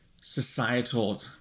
societal